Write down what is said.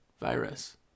virus